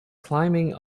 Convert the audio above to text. climbing